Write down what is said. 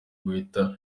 guhita